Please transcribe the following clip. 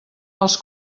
els